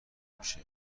میشه